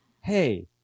hey